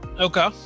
Okay